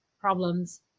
problems